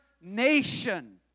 nation